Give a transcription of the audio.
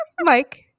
Mike